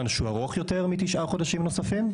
שהוא ארוך יותר מתשעה חודשים נוספים.